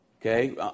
Okay